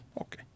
Okay